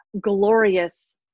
glorious